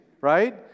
right